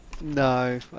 No